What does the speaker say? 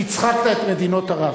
הצחקת את מדינות ערב.